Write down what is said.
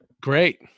Great